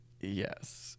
Yes